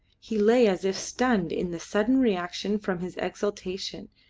he lay as if stunned in the sudden reaction from his exaltation,